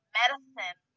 medicine